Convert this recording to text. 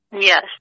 Yes